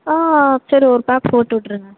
சரி ஒரு பேக் போட்டு விட்ருங்க